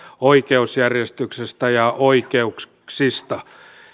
oikeusjärjestyksestä ja oikeuksista